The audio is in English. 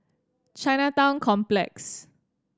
Chinatown Complex